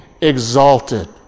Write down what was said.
exalted